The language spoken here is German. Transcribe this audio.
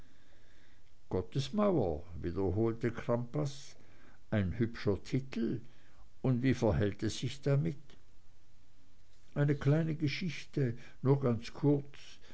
gottesmauer wiederholte crampas ein hübscher titel und wie verhält es sich damit eine kleine geschichte nur ganz kurz